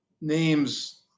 names